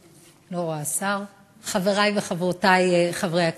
אני לא רואה שר, חברי וחברותי חברי הכנסת,